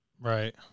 right